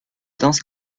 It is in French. danse